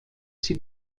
sie